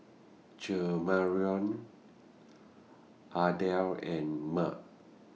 Jamarion Ardell and Meg